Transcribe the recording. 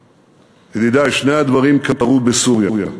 ידידי, שני הדברים קרו בסוריה: